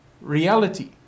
reality